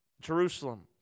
Jerusalem